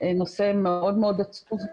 נושא מאוד מאוד עצוב.